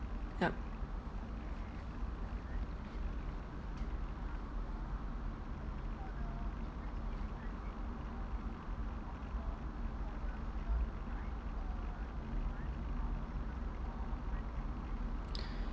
yup